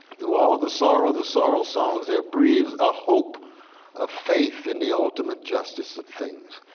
through all the sorrow, the sorrow songs there breathes a hope of faith in the ultimate justice of things.